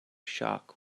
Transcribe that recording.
shock